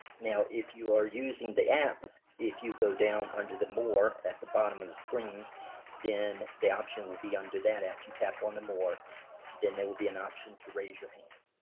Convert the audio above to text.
now if you are using the app if you go down under the more at the bottom of the screen then the option will be under that after you tap on the more then there will be an option to raise your hand.